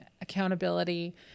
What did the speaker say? accountability